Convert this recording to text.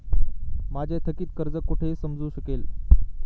माझे थकीत कर्ज कुठे समजू शकेल?